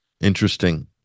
Interesting